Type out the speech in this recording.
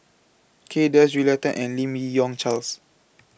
Kay Das Julia Tan and Lim Yi Yong Charles